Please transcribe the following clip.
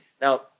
Now